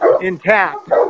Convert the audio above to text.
intact